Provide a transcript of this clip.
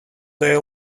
day